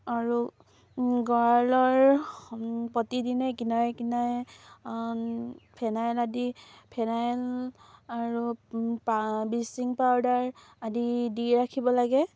আৰু গঁৰালৰ প্ৰতিদিনে কিনাৰে কিনাৰে ফেনাইল আদি ফেনাইল আৰু ব্লিচিং পাউদাৰ আদি দি ৰাখিব লাগে